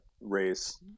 race